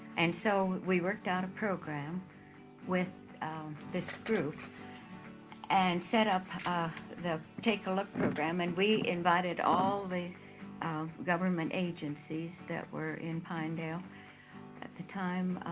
and so we worked out a program with this group and set up the take a look program, and we invited all the government agencies that were in pinedale at the time.